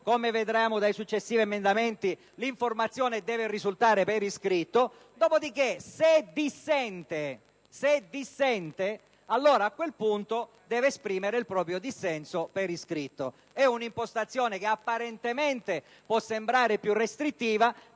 come vedremo dai successivi emendamenti l'informazione deve risultare per iscritto. Dopodiché, se dissente, a quel punto deve esprimere il proprio dissenso per iscritto. È un'impostazione che apparentemente può sembrare più restrittiva